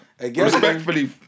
respectfully